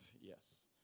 Yes